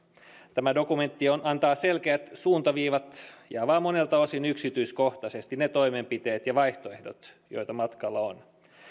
tämä dokumentti antaa selkeät suuntaviivat ja avaa monelta osin yksityiskohtaisesti ne toimenpiteet ja vaihtoehdot joita matkalla on